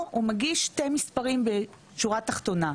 הוא מגיש שני מספרים בשורה התחתונה.